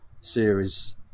series